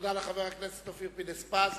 תודה לחבר הכנסת אופיר פינס-פז.